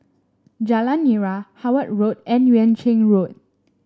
Jalan Nira Howard Road and Yuan Ching Road